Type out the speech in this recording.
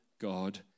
God